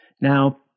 Now